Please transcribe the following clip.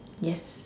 yes